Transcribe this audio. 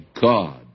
God